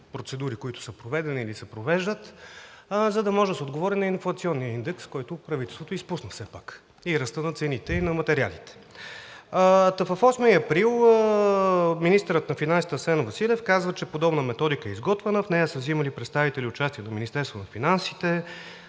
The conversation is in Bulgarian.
процедури, които са проведени или се провеждат, за да може да се отговори на инфлационния индекс, който правителството изпусна все пак – и ръста на цените, и на материалите. На 8 април министърът на финансите Асен Василев каза, че подобна методика е изготвена, в нея са взимали участие представители на Министерството на финансите,